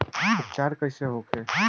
उपचार कईसे होखे?